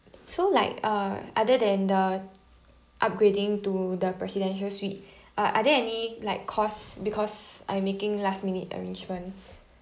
so like uh other than the upgrading to the presidential suite uh are there any like cost because I'm making last minute arrangement